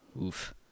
Oof